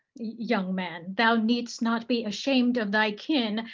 young man, thou need'st not be ashamed of thy kin,